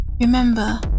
Remember